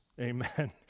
amen